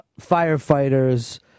firefighters